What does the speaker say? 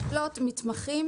לקלוט מתמחים